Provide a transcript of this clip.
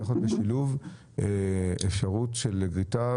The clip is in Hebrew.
זה צריך להיות בשילוב אפשרות של גריטה,